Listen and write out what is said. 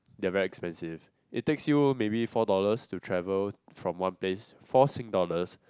they are very expensive it takes you maybe four dollars to travel from one place four Sing dollars